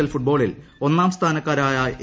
L ഫുട്ബോളിൽ ഒന്നാം സ്ഥാനക്കാരായ എ